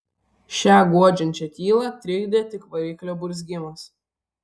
šią guodžiančią tylą trikdė tik variklio burzgimas